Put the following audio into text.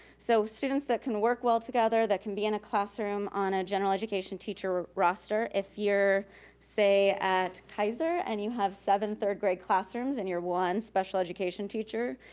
so students that can work well together, that can be in a classroom on a general education teacher roster, if you're say at kaiser and you have seven third grade classrooms and you're one special education teacher,